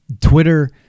Twitter